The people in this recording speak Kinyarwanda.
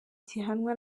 gihanwa